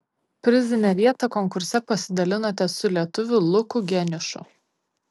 prizinę vietą konkurse pasidalinote su lietuviu luku geniušu